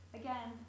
again